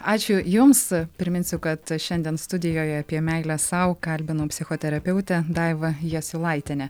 ačiū jums priminsiu kad šiandien studijoje apie meilę sau kalbinau psichoterapeutę daivą jasiulaitienę